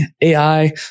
AI